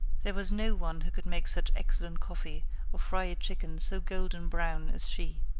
there was no one who could make such excellent coffee or fry a chicken so golden brown as she.